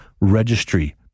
registry